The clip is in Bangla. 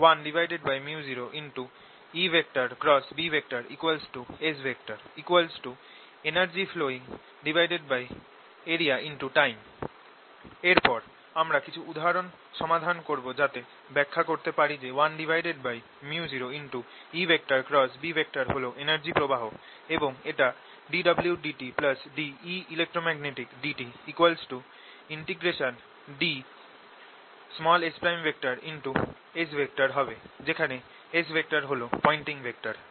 1µ0EBS energy flowingarea×time এরপর আমরা কিছু উদাহরণ সমাধান করব যাতে ব্যাখ্যা করতে পারি যে 1µ0EB হল এনার্জি প্রবাহ এবং এটা dwdt ddtEelectromagnetic dsS হবে যেখানে S হল পয়েন্টিং ভেক্টর